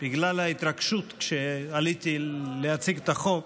בגלל ההתרגשות כשעליתי להציג את החוק,